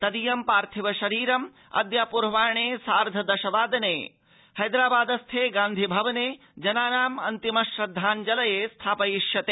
तदीयं पार्थिव शरीरम् अद्य पूर्वाह्ने सार्ध दश वादने हैदराबादस्थे गान्धि भवने जनानाम् अन्तिम श्रद्धाञ्जलये स्थापयिष्यते